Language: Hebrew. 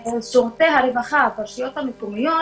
שירותי הרווחה ברשויות המקומיות